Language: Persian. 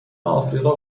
آفریقا